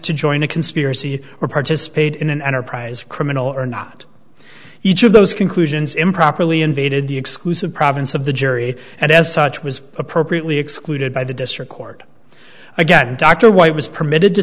to join a conspiracy or participate in an enterprise of criminal or not each of those conclusions improperly invaded the exclusive province of the jury and as such was appropriately excluded by the district court again dr white was permitted to